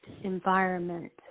environment